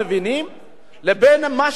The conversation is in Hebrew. לבין מה שאני מציע בעצם.